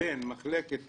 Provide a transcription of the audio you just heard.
בין מחלקת